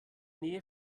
nähe